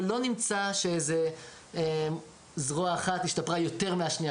ולא נמצא שזרוע אחת השתפרה יותר מהשנייה,